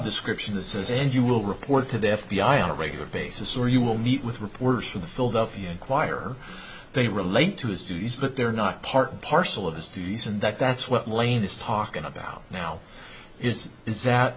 description that says and you will report to the f b i on a regular basis or you will meet with reporters for the philadelphia inquirer they relate to his duties but they're not part and parcel of his duties and that that's what lane is talking about now is is that